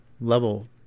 level